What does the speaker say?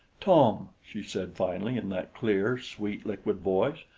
tom, she said finally in that clear, sweet, liquid voice.